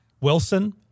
Wilson